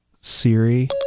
siri